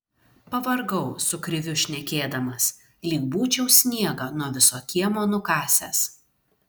pavargau su kriviu šnekėdamas lyg būčiau sniegą nuo viso kiemo nukasęs